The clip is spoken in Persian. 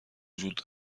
وجود